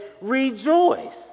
rejoice